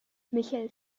michel